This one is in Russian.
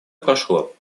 прошло